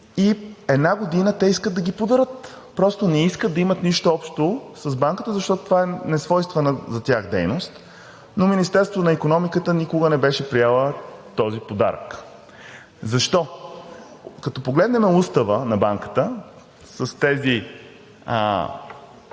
и една година, те искат да ги подарят, просто не искат да имат нищо общо с Банката, защото това е несвойствена за тях дейност. Но Министерството на икономиката никога не беше приела този подарък. Защо? Като погледнем Устава на Банката с тези